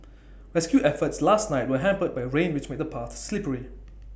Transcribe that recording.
rescue efforts last night were hampered by rain which made the paths slippery